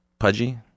pudgy